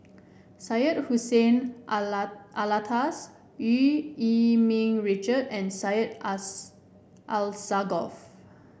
Syed Hussein Alatas Eu Yee Ming Richard and Syed Alsagoff